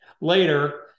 Later